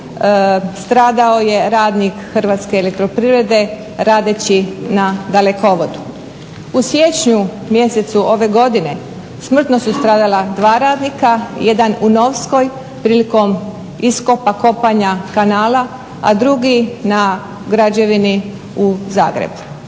stradao je radnik Hrvatske elektroprivrede radeći na dalekovodu. U siječnju mjesecu ove godine smrtno su stradala dva radnika, jedan u Novskoj prilikom iskopa, kopanja kanala, a drugi na građevini u Zagrebu.